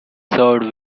served